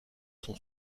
son